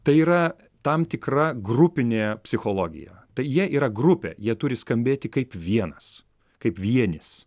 tai yra tam tikra grupinė psichologija tai jie yra grupė jie turi skambėti kaip vienas kaip vienis